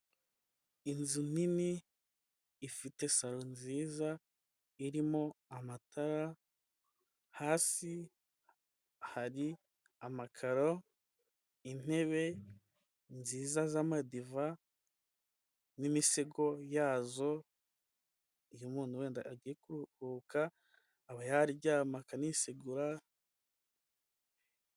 Inzu nini ifite salo nziza irimo amatara hasi hari amakaro intebe nziza z'amadiva n'imisego yazo iyo umuntu wenda agiye kuruhuka aba yaryama akanisegura.